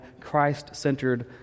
Christ-centered